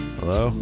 Hello